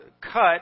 cut